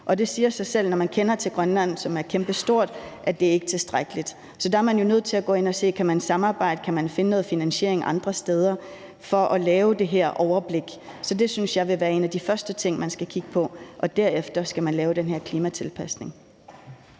og det siger sig selv, når man kender til Grønland, som er kæmpestort, at det ikke er tilstrækkeligt. Så der er man jo nødt til at gå ind og se, om man kan samarbejde, og om man kan finde noget finansiering andre steder for at lave det her overblik. Så det synes jeg vil være en af de første ting, man skal kigge på, og derefter skal man lave den her klimatilpasning.